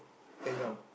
background